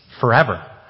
forever